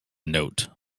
note